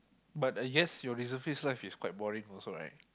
but I guess your reservist life is quite boring also right